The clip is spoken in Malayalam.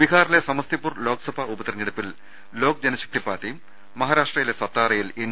ബിഹാറിലെ സമ സ്തിപൂർ ലോക്സഭാ ഉപതെരഞ്ഞെടുപ്പിൽ ലോക് ജന ശക്തി പാർട്ടിയും മഹാരാഷ്ട്രയിലെ സത്താറയിൽ എൻ